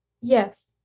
Yes